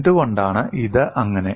എന്തുകൊണ്ടാണ് ഇത് അങ്ങനെ